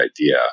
idea